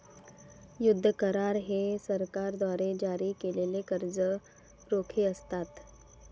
युद्ध करार हे सरकारद्वारे जारी केलेले कर्ज रोखे असतात